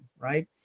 Right